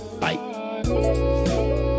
Bye